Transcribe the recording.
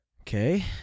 Okay